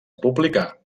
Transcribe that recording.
publicar